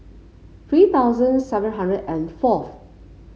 three thousand seven hundred and fourth